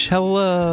Hello